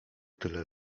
tyle